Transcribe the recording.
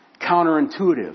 counterintuitive